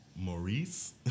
Maurice